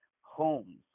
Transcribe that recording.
homes